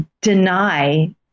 deny